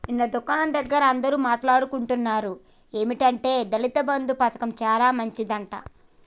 నిన్న దుకాణం దగ్గర అందరూ మాట్లాడుకుంటున్నారు ఏమంటే దళిత బంధు పథకం చాలా మంచిదట